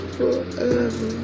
forever